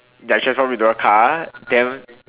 that transform into a car then